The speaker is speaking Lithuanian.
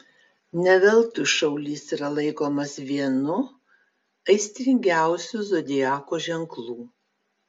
ne veltui šaulys yra laikomas vienu aistringiausių zodiako ženklų